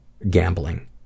gambling